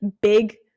big